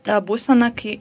ta būsena kai